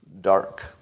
dark